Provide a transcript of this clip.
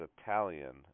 Italian